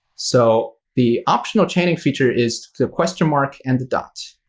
so the optional chaining feature is the question mark and the dot,